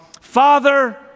Father